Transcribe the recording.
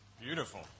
Beautiful